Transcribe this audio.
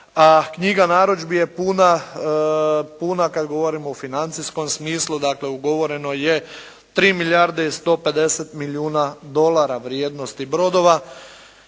knjiga narudžbi je puna, puna kada govorimo o financijskom smislu, dakle, ugovoreno je 3 milijarde 150 milijuna dolara vrijednosti dolara